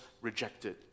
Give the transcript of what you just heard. rejected